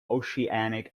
oceanic